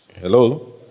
hello